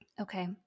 Okay